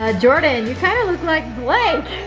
ah jordan, you kinda look like blake.